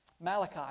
Malachi